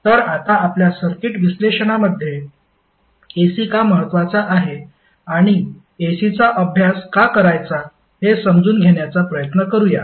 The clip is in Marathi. तर आता आपल्या सर्किट विश्लेषणामध्ये AC का महत्त्वाचा आहे आणि AC चा अभ्यास का करायचा आहे हे समजून घेण्याचा प्रयत्न करूया